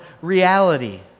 reality